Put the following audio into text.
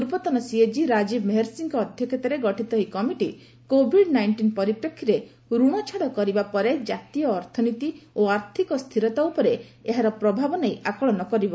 ପୂର୍ବତନ ସିଏଜି ରାଜୀବ ମେହେର୍ଷିଙ୍କ ଅଧ୍ୟକ୍ଷତାରେ ଗଠିତ ଏହି କମିଟି କୋଭିଡ୍ ନାଇଷ୍ଟିନ୍ ପରିପ୍ରେକ୍ଷୀରେ ରଣ ଛାଡ଼ କରିବା ପରେ ଜାତୀୟ ଅର୍ଥନୀତି ଓ ଆର୍ଥିକ ସ୍ଥିରତା ଉପରେ ଏହାର ପ୍ରଭାବ ନେଇ ଆକଳନ କରିବ